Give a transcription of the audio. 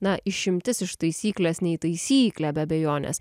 na išimtis iš taisyklės nei taisyklė be abejonės